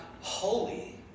holy